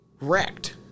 wrecked